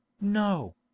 No